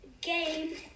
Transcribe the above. game